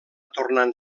tornant